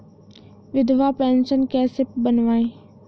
विधवा पेंशन कैसे बनवायें?